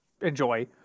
enjoy